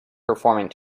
performing